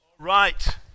Right